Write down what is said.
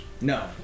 No